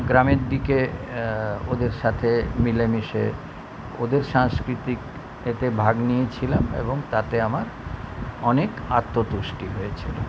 গ্রামের দিকে ওদের সাথে মিলেমিশে ওদের সাংস্কৃতিক এতে ভাগ নিয়েছিলাম এবং তাতে আমার অনেক আত্মতুষ্টি হয়েছিল